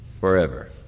Forever